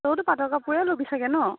তইতো পাটৰ কাপোৰেই ল'বি চাগে ন